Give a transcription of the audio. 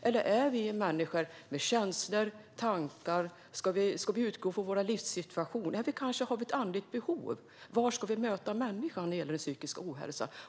Eller är vi människor med känslor och tankar - ska vi utgå från vår livssituation, och har vi kanske ett andligt behov? Var ska vi möta människan när det gäller behandling av psykisk ohälsa?